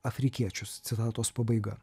afrikiečius citatos pabaiga